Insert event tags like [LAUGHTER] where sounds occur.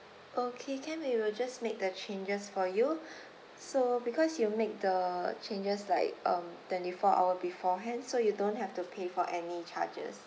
okay can we will just make the changes for you [BREATH] so because you make the changes like um twenty-four hours beforehand so you don't have to pay for any charges